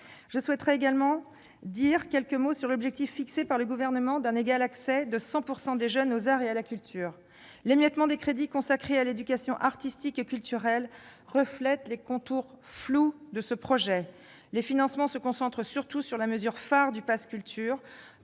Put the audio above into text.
Je souhaite dire également quelques mots sur l'objectif fixé par le Gouvernement d'un égal accès de 100 % des jeunes aux arts et à la culture. L'émiettement des crédits consacrés à l'éducation artistique et culturelle reflète les contours flous de ce projet. Les financements se concentrent surtout sur la mesure phare du pass culture,